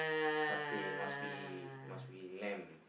satay must be must be lamb